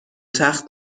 تخت